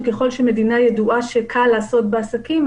שככול שמדינה ידועה בכך שקל לעשות בה עסקים,